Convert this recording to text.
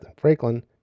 Franklin